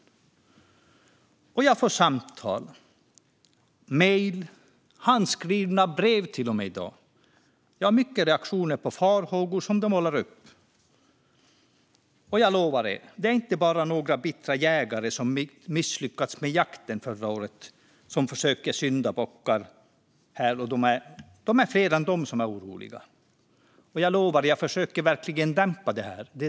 Jag får samtal, mejl och till och med handskrivna brev. Det är många reaktioner på farhågor som målas upp. Jag lovar er att det inte bara är några bittra jägare som misslyckades med jakten förra året som söker syndabockar, utan det är fler som är oroliga. Jag lovar att jag verkligen försöker dämpa detta.